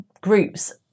groups